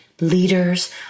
leaders